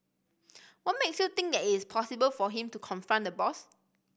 what makes you think that it is possible for him to confront the boss